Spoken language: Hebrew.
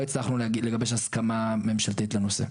לא הצלחנו לגבש הסכמה ממשלתית לנושא.